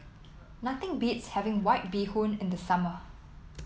nothing beats having White Bee Hoon in the summer